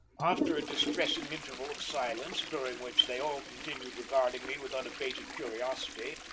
after a distressing interval of silence, during which they all continued regarding me with unabated curiosity,